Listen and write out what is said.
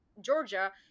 Georgia